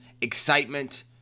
excitement